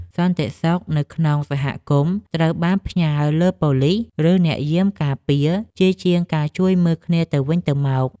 សន្តិសុខនៅក្នុងសហគមន៍ត្រូវបានផ្ញើលើប៉ូលីស ឬអ្នកយាមការពារជាជាងការជួយមើលគ្នាទៅវិញទៅមក។